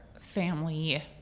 family